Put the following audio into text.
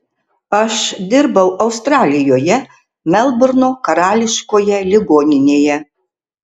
aš dirbau australijoje melburno karališkoje ligoninėje